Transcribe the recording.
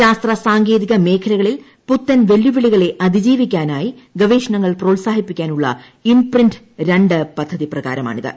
ശാസ്ത്ര സാങ്കേതിക മേഖലകളിൽ പുത്തൻവെല്ലുവിളികളെ അതിജീവിക്കാനായി ഗവേഷണങ്ങൾ പ്രോത്സാഹിപ്പിക്കാനുള്ള ഇംപ്രിന്റ് രണ്ട് പദ്ധതിപ്രകാരമാണിത്